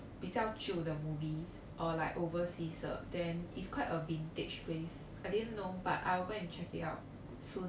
比较旧的 movies or like overseas 的 then it's quite a vintage place I didn't know but I will go and check it out soon